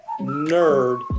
nerd